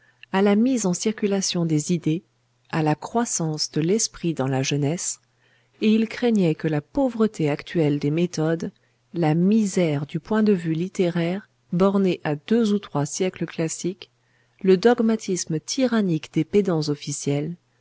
à la mise en circulation des idées à la croissance de l'esprit dans la jeunesse et il craignait que la pauvreté actuelle des méthodes la misère du point de vue littéraire borné à deux ou trois siècles classiques le dogmatisme tyrannique des pédants officiels